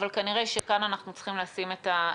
אבל כנראה שכאן אנחנו צריכים לשים את האצבע.